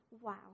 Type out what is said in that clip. Wow